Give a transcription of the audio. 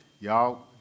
y'all